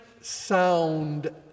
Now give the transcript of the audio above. sound